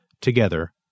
Together